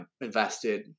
invested